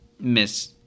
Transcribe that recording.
Miss